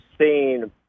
seen